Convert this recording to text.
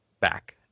back